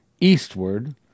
eastward